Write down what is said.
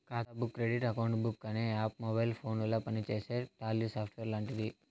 ఖాతా book credit account book అనే app mobile ఫోనుల పనిచేసే టాలీ సాఫ్ట్వేర్ లాంటిది